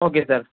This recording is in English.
okay sir